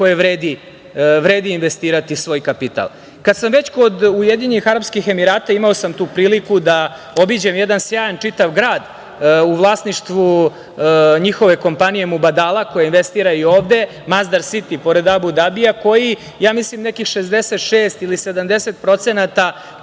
kojoj vredi investirati svoj kapital. Kad sam već kod UAE, imao sam tu priliku da obiđem jedan sjajan čitav grad u vlasništvu njihove kompanije „Mubadala“ koja investira i ovde Masdar Siti, pored Abu Dabija, koji ja mislim nekih 66 ili 70%